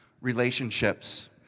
relationships